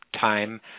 time